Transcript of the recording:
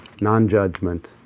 non-judgment